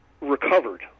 recovered